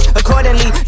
accordingly